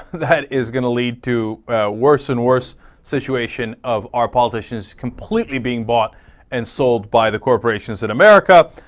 the hell is gonna lead to to worse and worse situation of our politicians completely being bought and sold by the corporations in america ah.